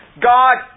God